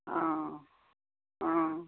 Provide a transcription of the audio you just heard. অঁ অঁ